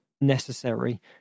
necessary